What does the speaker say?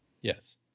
Yes